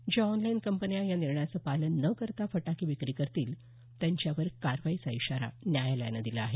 ज्या ऑनलाईन कंपन्या या निर्णयाचं पालन न करता फटाके विक्री करतील त्यांच्यावर कारवाईचा इशारा न्यायालयानं दिला आहे